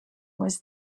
was